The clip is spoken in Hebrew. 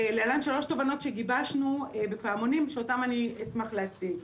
להלן שלוש תובנות שגיבשנו בפעמונים ושאותן אני אשמח להציג.